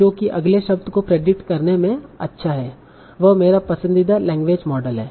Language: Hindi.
जो भी अगले शब्द को प्रेडिक्ट करने में अच्छा है वह मेरा पसंदीदा लैंग्वेज मॉडल है